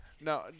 No